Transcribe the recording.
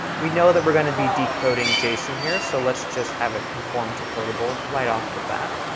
we know that we're going to be decoding json here, so let's just have it conform to codeable right off the bat.